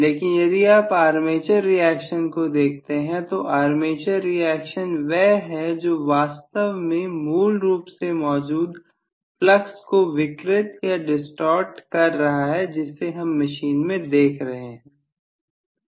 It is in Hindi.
लेकिन यदि आप आर्मेचर रिएक्शन को देखते हैं तो आर्मेचर रिएक्शन वह है जो वास्तव में मूल रूप से मौजूद फ्लक्स को विकृत या डिस्टॉर्ट कर रहा है जिसे हम मशीन में देख रहे थे